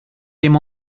dim